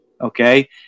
Okay